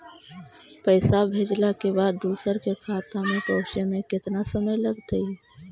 पैसा भेजला के बाद दुसर के खाता में पहुँचे में केतना समय लगतइ?